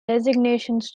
designations